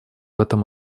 этом